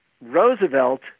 Roosevelt